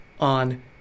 on